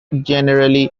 generally